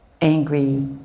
angry